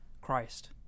Christ